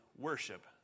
worship